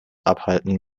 abhalten